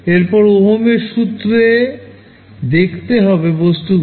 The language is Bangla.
এরপর ওহম এর সূত্রে দেখতে হবে বস্তুগুলো